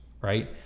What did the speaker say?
right